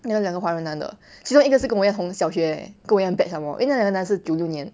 那个两个华人男的其中一个是跟我一样同一个小学跟我一样 batch some more 因为那两个男的是九六年